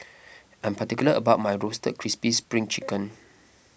I am particular about my Roasted Crispy Spring Chicken